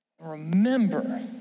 remember